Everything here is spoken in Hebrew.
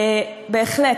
בהחלט.